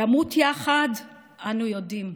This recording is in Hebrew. למות יחד אנו יודעים,